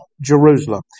Jerusalem